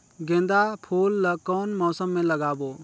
गेंदा फूल ल कौन मौसम मे लगाबो?